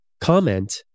comment